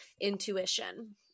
intuition